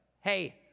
hey